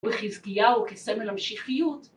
וחזקיהו כסמל המשיחיות